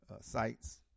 sites